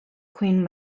queen